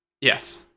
Yes